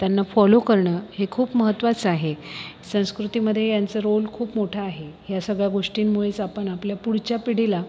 त्यांना फॉलो करणं हे खूप महत्वाचं आहे संस्कृतीमध्ये यांचं रोल खूप मोठा आहे ह्या सगळ्या गोष्टींमुळेच आपण आपल्या पुढच्या पिढीला